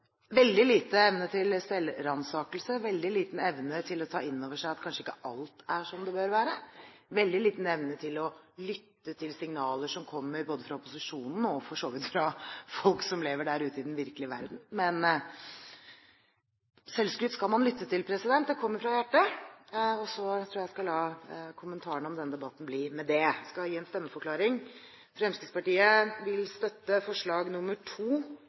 veldig liten evne til selvransakelse, veldig liten evne til å ta inn over seg at kanskje ikke alt er som det bør være, veldig liten evne til å lytte til signaler som kommer både fra opposisjonen og for så vidt fra folk som lever der ute i den virkelige verden. Men selvskryt skal man lytte til, det kommer fra hjertet, og så tror jeg jeg skal la kommentarene om denne debatten bli med det. Jeg skal gi en stemmeforklaring. Fremskrittspartiet vil støtte forslag